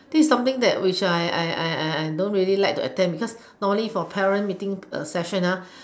this is something that which I I I I I don't really like to attend because only for parent meeting session